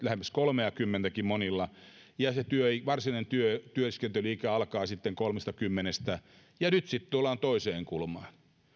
lähemmäs kolmeakymmentäkin monilla ja ja se varsinainen työskentelyikä alkaa sitten kolmestakymmenestä ja nyt sitten tullaan toiseen kulmaan